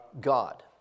God